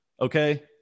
okay